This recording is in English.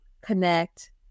connect